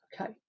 okay